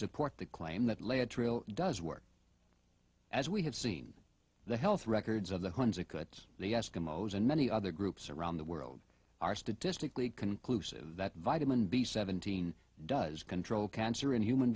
support the claim that lay a trail does work as we have seen the health records of the hundreds of cuts the eskimos and many other groups around the world are statistically conclusive that vitamin b seventeen does control cancer in human